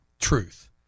truth